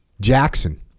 Jackson